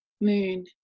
moon